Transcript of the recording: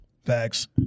Facts